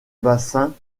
bassin